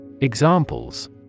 Examples